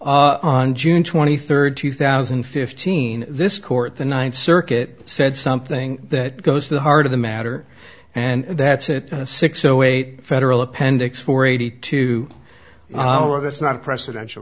appeal on june twenty third two thousand and fifteen this court the ninth circuit said something that goes to the heart of the matter and that's it six zero eight federal appendix four eighty two that's not a presidential